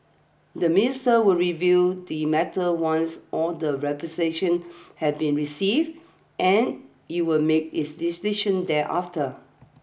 the minister will review the matter once all the representation have been received and it will make his decision thereafter